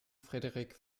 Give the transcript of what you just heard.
frederik